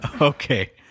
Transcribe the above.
Okay